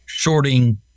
shorting